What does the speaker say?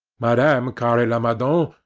madame carre-lamadon,